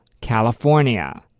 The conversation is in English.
California